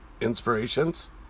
inspirations